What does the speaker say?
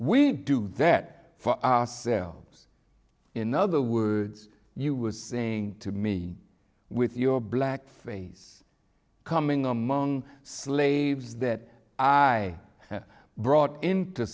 we do that for ourselves in other words you were saying to me with your black face coming among slaves that i brought into